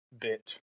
bit